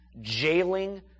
jailing